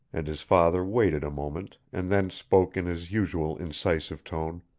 and his father waited a moment and then spoke in his usual incisive tone.